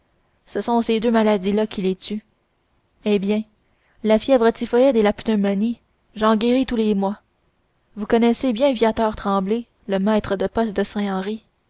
ce sont ces deux maladies là qui les tuent eh bien la fièvre typhoïde et la pneumonie j'en guéris tous les mois vous connaissez bien viateur tremblay le maître de poste de saint henri